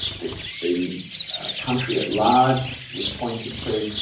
the the country at large was pointed to.